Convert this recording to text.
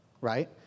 right